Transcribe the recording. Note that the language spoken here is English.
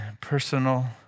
personal